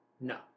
no